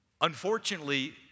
Unfortunately